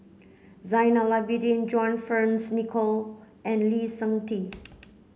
Zainal Abidin John Fearns Nicoll and Lee Seng Tee